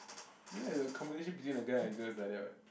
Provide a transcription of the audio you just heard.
ya is a conversation between a guy and a girl is like that what